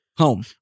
home